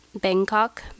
Bangkok